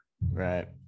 Right